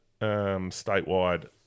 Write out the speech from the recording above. statewide